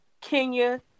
Kenya